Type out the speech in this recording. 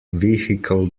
vehicle